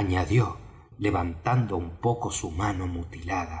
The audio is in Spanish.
añadió levantando un poco su mano mutilada